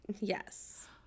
yes